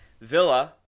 Villa